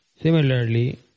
Similarly